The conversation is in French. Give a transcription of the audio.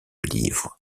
livres